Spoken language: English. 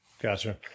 Gotcha